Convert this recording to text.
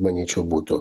manyčiau būtų